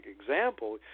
example